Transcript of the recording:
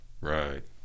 Right